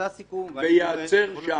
וייעצר שם.